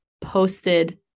posted